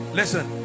listen